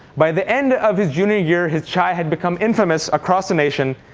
by the end of his junior year, his chai had become infamous across the nation,